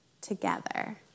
together